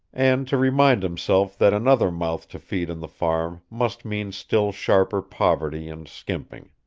and to remind himself that another mouth to feed on the farm must mean still sharper poverty and skimping.